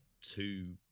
two